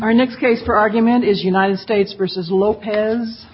our next case for argument is united states versus lopez